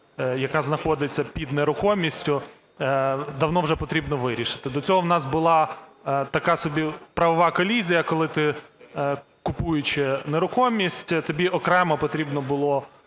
яка знаходиться під нерухомістю, давно вже потрібно вирішити. До цього у нас була така собі правова колізія, коли ти, купуючи нерухомість, тобі окремо потрібно було